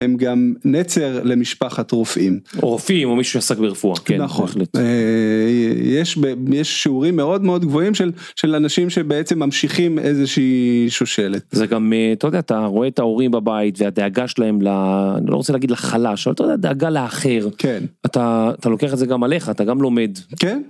הם גם נצר למשפחת רופאים... רופאים או מישהו שעסק ברפואה כן נכון בהחלט... יש שיעורים מאוד מאוד גבוהים של אנשים שבעצם ממשיכים איזושהיא שושלת. זה גם אתה רואה את ההורים בבית והדאגה שלהם, לא רוצה להגיד לחלש, של דאגה לאחר, כן, אתה לוקח את זה גם עליך אתה גם לומד...